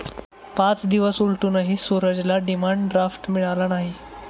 पाच दिवस उलटूनही सूरजला डिमांड ड्राफ्ट मिळाला नाही